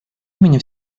имени